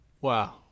Wow